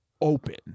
open